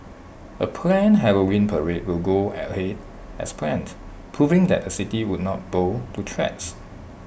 A planned Halloween parade will go ahead as planned proving that the city would not bow to threats